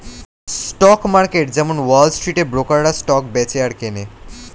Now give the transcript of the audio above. stock market যেমন Wall স্ট্রিটে ব্রোকাররা স্টক বেচে আর কেনে